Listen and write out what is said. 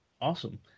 awesome